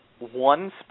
one